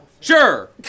Sure